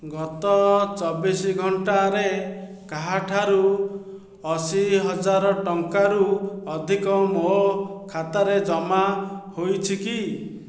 ଗତ ଚବିଶ ଘଣ୍ଟାରେ କାହା ଠାରୁ ଅଶୀହଜାର ଟଙ୍କାରୁ ଅଧିକ ମୋ ଖାତାରେ ଜମା ହୋଇଛି କି